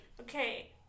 Okay